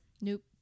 Nope